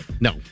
No